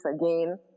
again